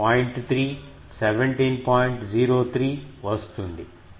03 వస్తుంది